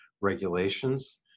regulations